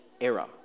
Era